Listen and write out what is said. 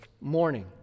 morning